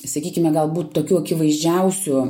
sakykime galbūt tokių akivaizdžiausių